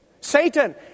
Satan